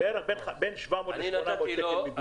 בין 700 ל-800 שקלים.